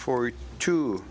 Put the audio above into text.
forward to